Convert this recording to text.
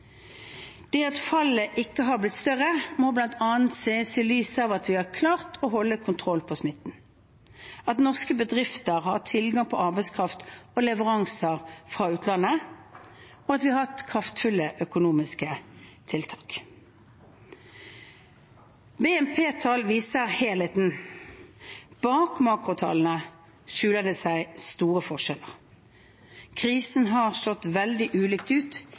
Det at fallet ikke har blitt større, må bl.a. ses i lys av at vi har klart å holde kontroll på smitten norske bedrifter har hatt tilgang på arbeidskraft og leveranser fra utlandet vi har hatt kraftfulle økonomiske tiltak BNP-tallet viser helheten. Bak makrotallene skjuler det seg store forskjeller. Krisen har slått veldig ulikt ut